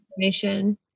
information